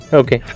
okay